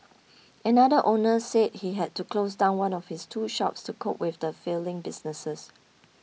another owner said he had to close down one of his two shops to cope with his failing businesses